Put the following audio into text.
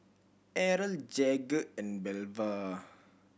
Errol Jagger and Belva